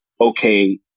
okay